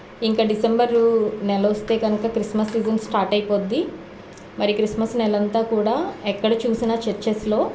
ఇంకా డిసెంబరు నెల వస్తే కనుక క్రిస్మస్ సీజన్ స్టార్ట్ అయిపోతుంది మరి క్రిస్మస్ నెల అంతా కూడా ఎక్కడ చూసినా చర్చస్లో